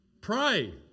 Pray